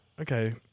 Okay